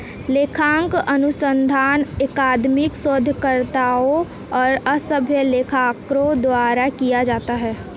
लेखांकन अनुसंधान अकादमिक शोधकर्ताओं और अभ्यास लेखाकारों द्वारा किया जाता है